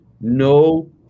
no